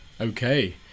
okay